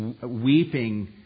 weeping